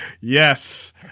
Yes